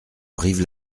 brive